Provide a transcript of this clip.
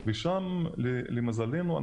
ושם, למזלנו,